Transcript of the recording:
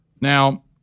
Now